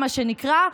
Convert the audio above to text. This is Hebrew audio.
מה שנקרא,